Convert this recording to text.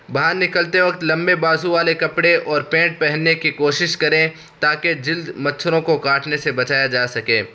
باہر نکلتے وقت لمبے بازو والے کپڑے اور پینٹ پہننے کی کوشش کریں تاکہ جلد مچھروں کو کاٹنے سے بچایا جا سکے